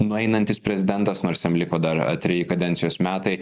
nueinantis prezidentas nors jam liko dar treji kadencijos metai